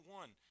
one